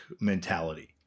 mentality